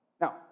Now